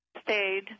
stayed